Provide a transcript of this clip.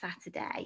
Saturday